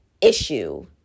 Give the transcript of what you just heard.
issue